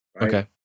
Okay